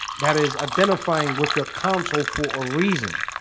that is identifying with your council for a reason